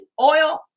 oil